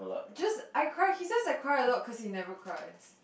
just I cry he says I cry a lot cause he never cries